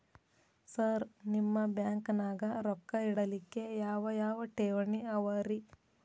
Sir ನಿಮ್ಮ ಬ್ಯಾಂಕನಾಗ ರೊಕ್ಕ ಇಡಲಿಕ್ಕೆ ಯಾವ್ ಯಾವ್ ಠೇವಣಿ ಅವ ರಿ?